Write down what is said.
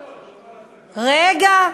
רגע,